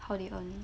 how they earn